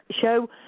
show